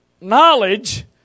Knowledge